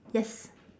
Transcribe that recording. yes